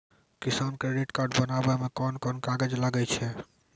किसान credit card बनाबै मे कोन कोन कागज लागै छै?